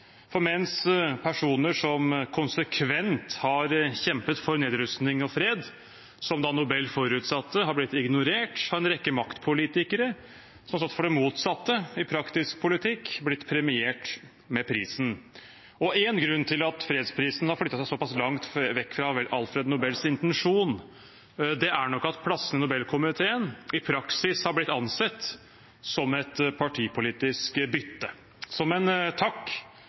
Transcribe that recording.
For mens personer som konsekvent har kjempet for nedrustning og fred, som Nobel forutsatte, har blitt ignorert, har en rekke maktpolitikere, som har stått for det motsatte i praktisk politikk, blitt premiert med prisen. Én grunn til at fredsprisen har flyttet seg såpass langt vekk fra Alfred Nobels intensjon, er nok at plassene i Nobelkomiteen i praksis har blitt ansett som et partipolitisk bytte, som en takk